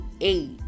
eight